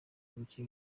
buke